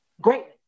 greatness